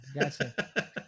gotcha